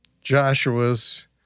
Joshua's